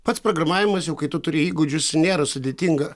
pats programavimas jau kai tu turi įgūdžius nėra sudėtinga